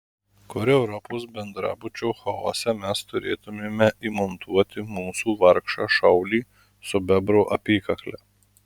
kur europos bendrabučio chaose mes turėtumėme įmontuoti mūsų vargšą šaulį su bebro apykakle